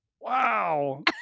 Wow